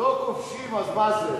אם לא כובשים, אז מה זה?